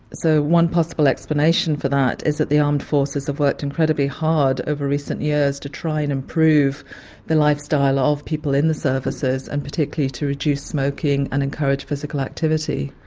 so one possible explanation for that is that the armed forces have worked incredibly hard over recent years to try and improve the lifestyle of people in the services and particularly to reduce smoking and encourage physical activity.